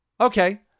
Okay